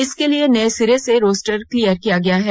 इसके लिए नए सिरे से रोस्टर क्लियर किया गया है